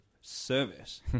service